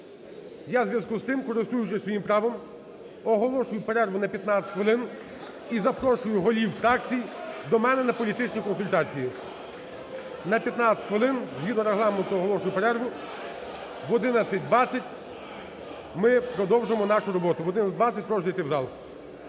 Я у зв'язку з цим, користуючись своїм правом, оголошую перерву на 15 хвилин і запрошую голів фракцій до мене на політичні консультації. На 15 хвилин згідно Регламенту оголошую перерву. Об 11:20 ми продовжимо нашу роботу, об 11:20 прошу зайти в зал.